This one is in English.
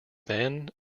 then